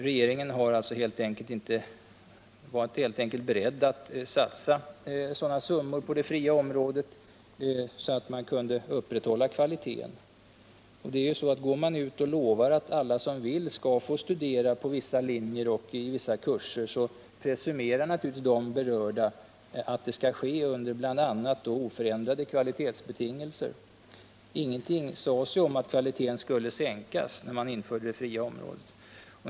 Regeringen var helt enkelt inte beredd att satsa sådana summor på det fria området att man kunde upprätthålla kvaliteten. Gårman ut och lovar att alla som vill skall få studera på vissa linjer och i vissa kurser, så presumerar naturligtvis de berörda att det skall ske under bl.a. oförändrade kvalitetsbetingelser. Ingenting sades ju om att kvaliteten skulle sänkas, när man införde det fria området.